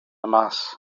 mas